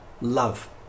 love